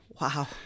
Wow